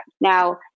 Now